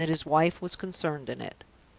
and that his wife was concerned in it.